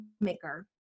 maker